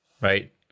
right